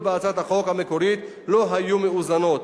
בהצעת החוק המקורית לא היו מאוזנות,